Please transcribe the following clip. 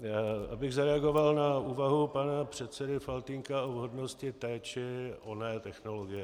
Abych zareagoval na úvahu pana předsedy Faltýnka o vhodnosti té či oné technologie.